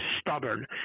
stubborn